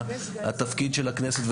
התפקיד של הכנסת,